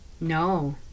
No